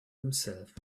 himself